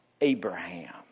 Abraham